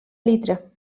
litre